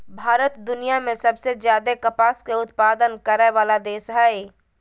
भारत दुनिया में सबसे ज्यादे कपास के उत्पादन करय वला देश हइ